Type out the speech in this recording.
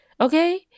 Okay